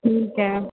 ठीक है